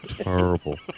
Terrible